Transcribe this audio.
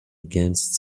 against